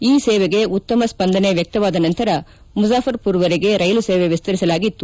ಈ ಸೇವೆಗೆ ಉತ್ತಮ ಸ್ಪಂದನೆ ವ್ಯಕ್ತವಾದ ನಂತರ ಮುಜಾಫರ್ಮರ್ವರೆಗೆ ರೈಲು ಸೇವೆ ವಿಸ್ತರಿಸಲಾಗಿತ್ತು